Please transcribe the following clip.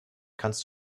kannst